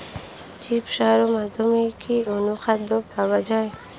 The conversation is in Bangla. জৈব সারের মধ্যে কি অনুখাদ্য পাওয়া যায়?